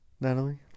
Natalie